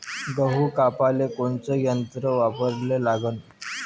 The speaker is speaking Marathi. गहू कापाले कोनचं यंत्र वापराले लागन?